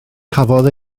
cafodd